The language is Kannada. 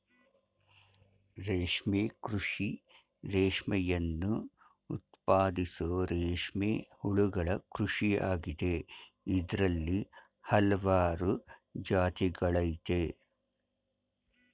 ರೇಷ್ಮೆ ಕೃಷಿ ರೇಷ್ಮೆಯನ್ನು ಉತ್ಪಾದಿಸೋ ರೇಷ್ಮೆ ಹುಳುಗಳ ಕೃಷಿಯಾಗಿದೆ ಇದ್ರಲ್ಲಿ ಹಲ್ವಾರು ಜಾತಿಗಳಯ್ತೆ